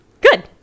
good